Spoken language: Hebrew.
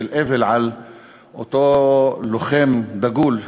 של אבל על אותו לוחם דגול,